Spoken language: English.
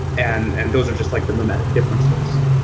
and and those are just like the mimetic differences.